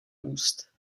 úst